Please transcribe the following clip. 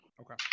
Okay